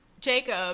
Jacob